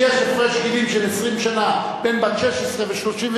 יש הפרש גילים של 20 שנה בין בת 16 ו-36,